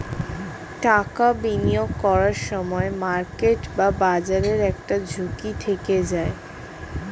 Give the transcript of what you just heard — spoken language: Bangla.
টাকা বিনিয়োগ করার সময় মার্কেট বা বাজারের একটা ঝুঁকি থেকে যায়